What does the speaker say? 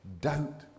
doubt